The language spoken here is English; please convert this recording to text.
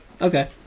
Okay